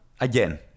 again